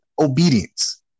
obedience